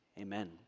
amen